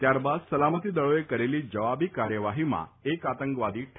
ત્યારબાદ સલામતી દળોએ કરેલી જવાબી કાર્યવાહીમાં એક આતંકવાદી ઠાર થયો હતો